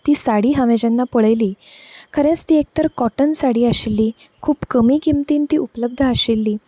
ती साडी हांवे जेन्ना पळयली खरेंच ती एक तर कॉटन साडी आशिल्ली खूब कमी किंमतीन ती उपलब्ध आशिल्ली